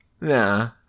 Nah